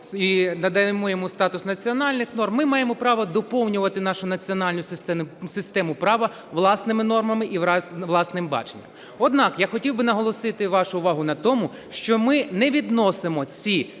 і надаємо йому статус національних норм, ми маємо право доповнювати нашу національну систему права власними нормами і власним баченням. Однак я хотів би наголосити вашу увагу на тому, що ми не відносимо ці